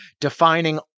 defining